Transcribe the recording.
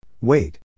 wait